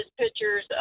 pictures